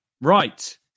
Right